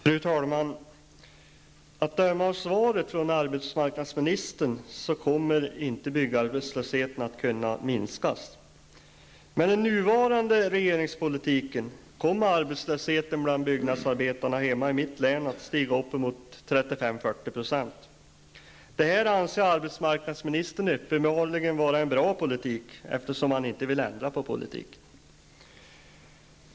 Fru talman! Att döma av svaret från arbetsmarknadsministern så kommer inte byggarbetslösheten att kunna minska. Med den nuvarande regeringspolitiken kommer arbetslösheten bland byggnadsarbetarna i mitt län att stiga uppemot 35--40 %. Det anser arbetsmarknadsministern uppenbarligen vara en bra politik, eftersom han inte vill ändra på den.